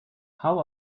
how